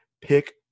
pick